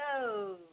Go